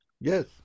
Yes